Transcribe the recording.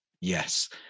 yes